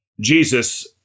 Jesus